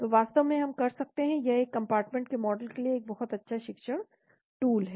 तो वास्तव में हम कर सकते हैं यह एक कंपार्टमेंट के मॉडल के लिए एक बहुत अच्छा शिक्षण टूल है